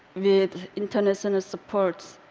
with international support.